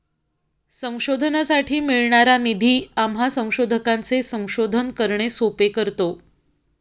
संशोधनासाठी मिळणारा निधी आम्हा संशोधकांचे संशोधन करणे सोपे करतो